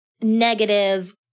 negative